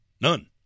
none